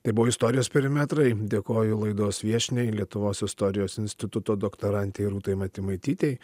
tai buvo istorijos perimetrai dėkoju laidos viešniai lietuvos istorijos instituto doktorantei rūtai matimaitytei